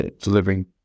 delivering